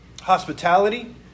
hospitality